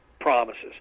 promises